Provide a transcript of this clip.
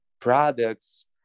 products